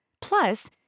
Plus